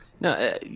No